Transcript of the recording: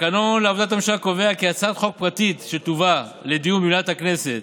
תקנון עבודת הממשלה קובע כי הצעת חוק פרטית שתובא לדיון במליאת הכנסת